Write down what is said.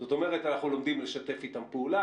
זאת אומרת אנחנו לומדים לשתף איתם פעולה,